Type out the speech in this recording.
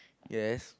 yes